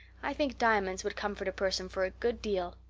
i think diamonds would comfort a person for a good deal.